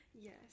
yes